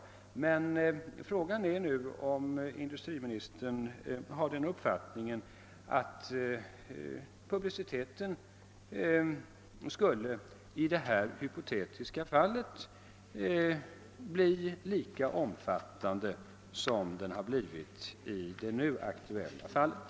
Frågan är alltså om industriministern har den uppfattningen, att publiciteten i detta hypotetiska fall skulle ha blivit lika omfattande som den har blivit i det nu aktuella fallet.